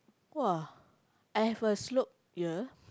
!wah! I have a slope here